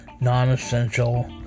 non-essential